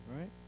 Right